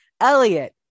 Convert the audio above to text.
elliot